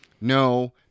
No